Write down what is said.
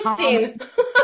Interesting